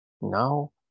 Now